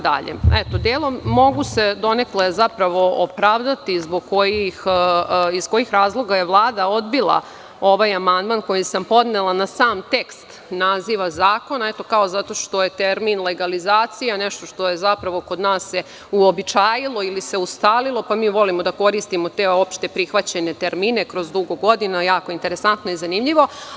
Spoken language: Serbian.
Delom se mogu opravdati iz kojih razloga je Vlada odbila ovaj amandman koji sam podnela na sam tekst naziva zakona, kao, zato što je termin „legalizacija“ nešto što se kod nas uobičajilo ili se ustalilo pa mi volimo da koristimo te opšteprihvaćene termine kroz dugo godina – jako interesantno i zanimljivo.